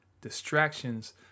Distractions